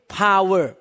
power